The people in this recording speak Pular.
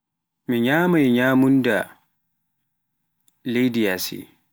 Mi nyamai nyamunda leydi yaasi.